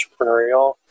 entrepreneurial